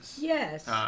Yes